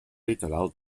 literal